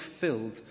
fulfilled